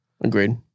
Agreed